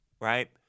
right